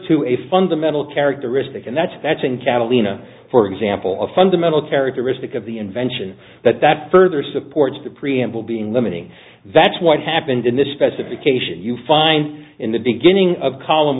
to a fundamental characteristic and that's that's in catalina for example a fundamental characteristic of the invention but that further supports the preamble being limiting that's what happened in this specification you find in the beginning of column